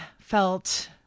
felt